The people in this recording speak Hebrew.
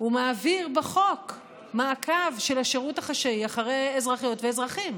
הוא מעביר בחוק מעקב של השירות החשאי אחרי אזרחיות ואזרחים,